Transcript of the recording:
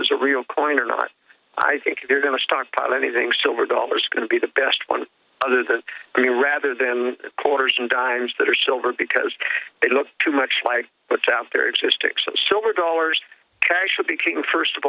is a real coin or not i think they're going to stockpile anything silver dollar is going to be the best one other than green rather than quarters and dimes that are silver because they look too much like what's out there exist except silver dollars cash should be king first of